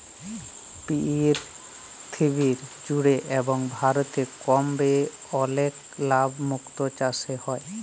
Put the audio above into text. পীরথিবী জুড়ে এবং ভারতে কম ব্যয়ে অলেক লাভ মুক্ত চাসে হ্যয়ে